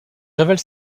révèle